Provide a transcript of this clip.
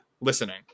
listening